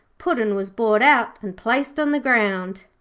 puddin' was brought out and placed on the ground.